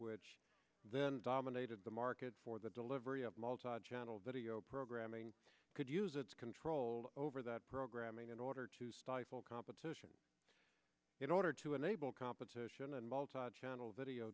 which then dominated the market for the delivery of multi channel video programming could use its control over that programming in order to stifle competition in order to enable competition and baltacha channel video